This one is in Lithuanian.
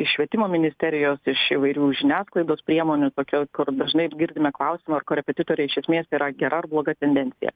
iš švietimo ministerijos iš įvairių žiniasklaidos priemonių tokių kur dažnai girdime klausimą ar korepetitoriai iš esmės yra gera ar bloga tendencija